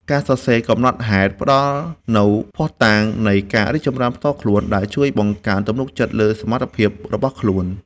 ការសរសេរកំណត់ហេតុផ្ដល់នូវភស្តុតាងនៃការរីកចម្រើនផ្ទាល់ខ្លួន ដែលជួយបង្កើនទំនុកចិត្តលើសមត្ថភាពរបស់ខ្លួន។